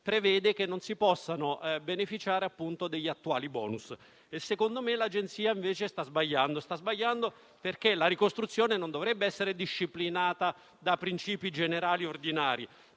prevede che non possano beneficiare degli attuali bonus. A mio parere, invece, l'Agenzia sta sbagliando, perché la ricostruzione non dovrebbe essere disciplinata da princìpi generali e ordinari: